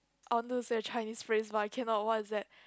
I want to say a Chinese phrase but I cannot what is that